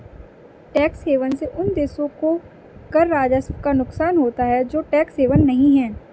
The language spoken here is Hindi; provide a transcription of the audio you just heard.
टैक्स हेवन से उन देशों को कर राजस्व का नुकसान होता है जो टैक्स हेवन नहीं हैं